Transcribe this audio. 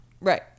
Right